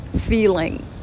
feeling